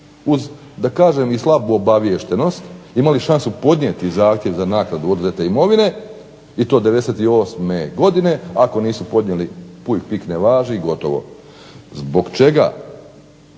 uz da kažem i slabu obaviještenost imali šansu podnijeti zahtjev za naknadu oduzete imovine i to '98. godine. Ako nisu podnijeli, puj pik ne važi i gotovo. Zbog čega?